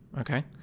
Okay